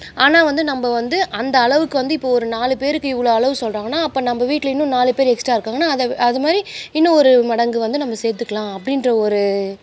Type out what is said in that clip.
ஆனால் வந்து நம்ம வந்து அந்த அளவுக்கு வந்து இப்போது ஒரு நாலு பேருக்கு இவ்வளோ அளவு சொல்கிறாங்கன்னா அப்போ நம்ம வீட்டில் இன்னும் நாலு பேர் எக்ஸ்ட்ரா இருக்காங்கன்னால் அதை வி அது மாதிரி இன்னும் ஒரு மடங்கு வந்து நம்ம சேர்த்துக்குலாம் அப்படின்ற ஒரு